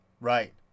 right